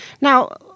Now